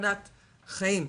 בסכנת חיים.